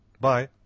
Bye